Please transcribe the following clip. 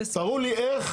תראו לי איך,